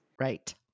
Right